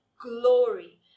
glory